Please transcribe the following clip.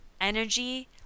energy